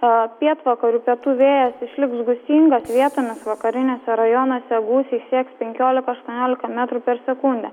o pietvakarių pietų vėjas išliks gūsingas vietomis vakariniuose rajonuose gūsiai sieks penkiolika aštuoniolika metrų per sekundę